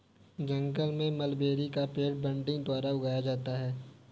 जंगल में मलबेरी का पेड़ बडिंग द्वारा उगाया गया है